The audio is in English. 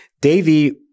Davey